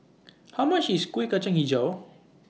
How much IS Kuih Cacang Hijau